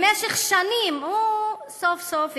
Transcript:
הוא סוף-סוף הכיר: